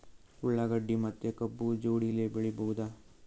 ಉಳ್ಳಾಗಡ್ಡಿ ಮತ್ತೆ ಕಬ್ಬು ಜೋಡಿಲೆ ಬೆಳಿ ಬಹುದಾ?